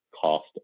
cost